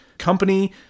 company